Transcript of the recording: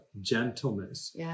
gentleness